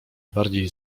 bardziej